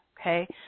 okay